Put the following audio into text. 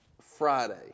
Friday